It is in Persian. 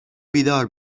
بیدار